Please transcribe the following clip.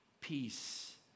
peace